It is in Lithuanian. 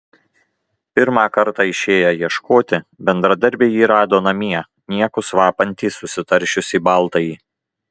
pirmą kartą išėję ieškoti bendradarbiai jį rado namie niekus vapantį susitaršiusį baltąjį